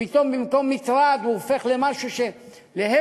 פתאום במקום מטרד הוא הופך למשהו שלהפך,